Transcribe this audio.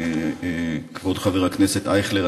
וכבוד חבר הכנסת אייכלר,